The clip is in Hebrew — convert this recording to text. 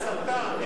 הסטה.